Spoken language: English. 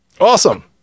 awesome